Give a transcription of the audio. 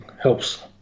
helps